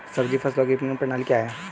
सब्जी फसलों की विपणन प्रणाली क्या है?